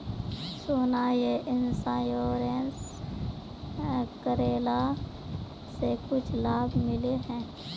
सोना यह इंश्योरेंस करेला से कुछ लाभ मिले है?